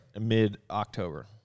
Mid-October